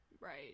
Right